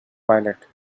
pilot